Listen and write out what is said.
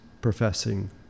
professing